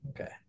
Okay